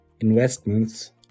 Investments